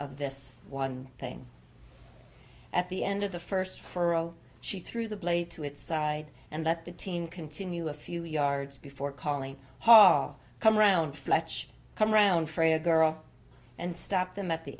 of this one thing at the end of the first for she threw the blade to its side and let the teen continue a few yards before calling hall come round fletch come round for a girl and stop them at the